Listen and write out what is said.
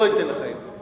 לא אתן לך את זה.